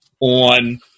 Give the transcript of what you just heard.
on